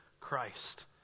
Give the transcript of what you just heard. Christ